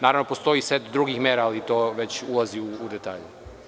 Naravno da postoji i set drugih mera, ali to već ulazi u detalje.